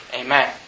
Amen